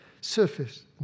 surface